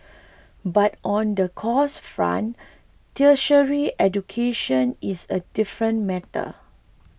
but on the cost front tertiary education is a different matter